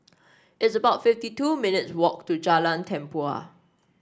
it's about fifty two minutes walk to Jalan Tempua